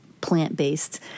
plant-based